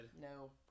No